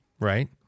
Right